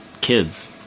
Kids